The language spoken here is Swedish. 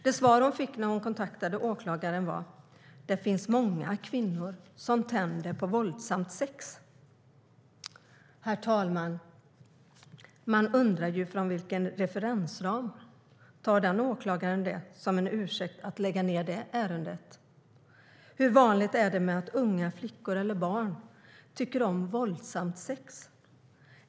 Det svar hon fick när hon kontaktade åklagaren var: Det finns många kvinnor som tänder på våldsamt sex. Man undrar vilken referensram åklagaren har för att använda det som en ursäkt för att lägga ned ärendet. Hur vanligt är det att unga flickor eller barn tycker om våldsamt sex?